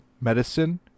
Medicine